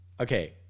okay